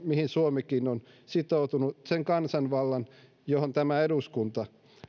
mihin suomikin on sitoutunut sen kansanvallan johon tämä eduskunta